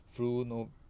flu no